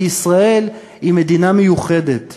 כי ישראל היא מדינה מיוחדת,